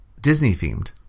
Disney-themed